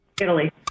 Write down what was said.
Italy